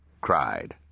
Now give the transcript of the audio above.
cried